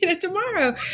Tomorrow